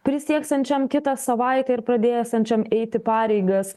prisieksiančiam kitą savaitę ir pradėsiančiam eiti pareigas